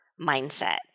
mindset